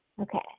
Okay